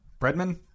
Breadman